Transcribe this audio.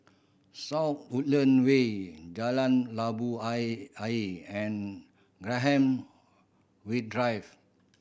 South Woodland Way Jalan Labu Ayer and Graham Wait Drive